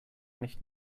nicht